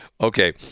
Okay